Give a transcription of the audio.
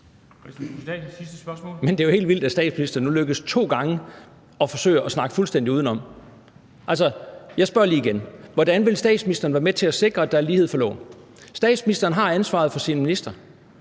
Det er jo helt vildt, at det nu lykkes statsministeren to gange at snakke fuldstændig udenom. Altså, jeg spørger lige igen: Hvordan vil statsministeren være med til at sikre, at der er lighed for loven? Statsministeren har ansvaret for sine ministre.